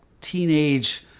teenage